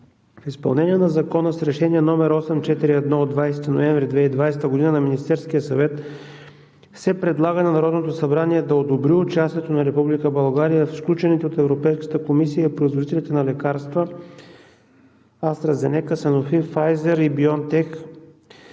В изпълнение на Закона с Решение № 841 от 20 ноември 2020 г. на Министерския съвет се предлага на Народното събрание да одобри участието на Република България в сключените от Европейската комисия и производителите на лекарства „Астра Зенека“, „Санофи“, „Пфайзер“ и „Бионтех“